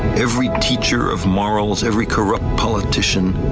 every teacher of morals, every corrupt politician,